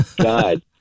god